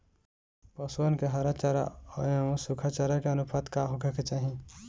पशुअन के हरा चरा एंव सुखा चारा के अनुपात का होखे के चाही?